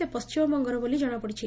ସେ ପଣ୍କିମବଙ୍ଗର ବୋଲି ଜଶାପଡିଛି